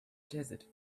desert